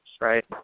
right